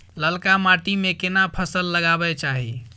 ललका माटी में केना फसल लगाबै चाही?